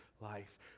life